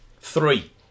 Three